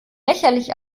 lächerlich